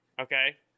okay